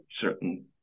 certain